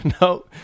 no